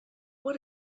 what